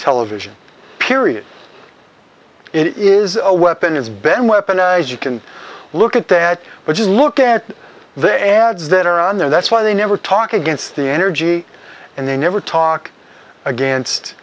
television period it is a weapon is ben weaponized you can look at that but just look at the ads that are on there that's why they never talk against the energy and they never talk against